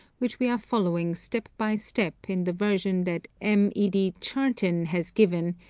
which we are following step by step in the version that m. ed. charton has given,